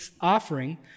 offering